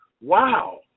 wow